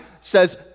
says